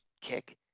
kick